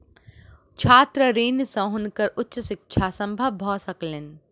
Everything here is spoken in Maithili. छात्र ऋण से हुनकर उच्च शिक्षा संभव भ सकलैन